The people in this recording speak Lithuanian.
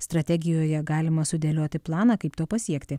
strategijoje galima sudėlioti planą kaip to pasiekti